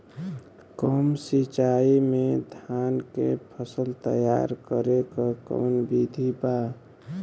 कम सिचाई में धान के फसल तैयार करे क कवन बिधि बा?